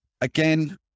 again